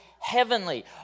heavenly